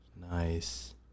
nice